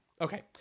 Okay